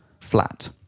flat